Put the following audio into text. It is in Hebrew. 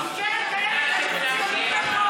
כי כשיש ילדים,